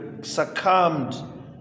succumbed